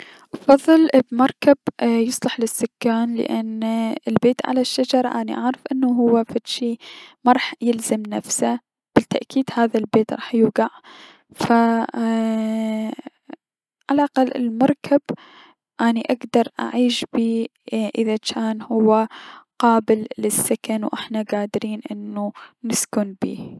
افضل بمركب يصلح للسكان لأن البيت على الشجر اني اعرف انو هو فد شي مراح يلزم نفسه و بالتأكيد هذا البيت راح يوقع ف عل اقل المركب اني اكدر اعيش بيه اذا جان قابل للسكن و احنا قادرين انو نسكن بيه.